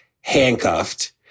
handcuffed